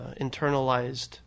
internalized